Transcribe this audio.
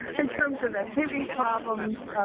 in terms of activity problems,